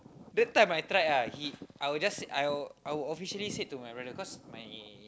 that time I tried ah he I will just say I will I will officially said to my brother cause my